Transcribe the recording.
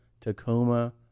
Tacoma